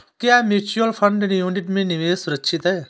क्या mutual fund unit में निवेश सुरक्षित है?